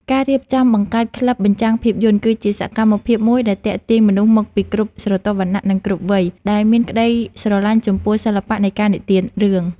ការរៀបចំបង្កើតក្លឹបបញ្ចាំងភាពយន្ត គឺជាសកម្មភាពមួយដែលទាក់ទាញមនុស្សមកពីគ្រប់ស្រទាប់វណ្ណៈ និងគ្រប់វ័យ ដែលមានក្តីស្រឡាញ់ចំពោះសិល្បៈនៃការនិទានរឿង។